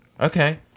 okay